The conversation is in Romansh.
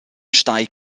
stai